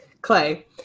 Clay